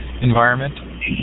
environment